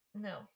No